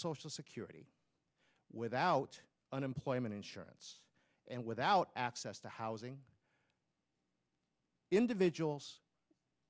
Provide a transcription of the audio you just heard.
social security without unemployment insurance and without access to housing individuals